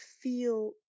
feel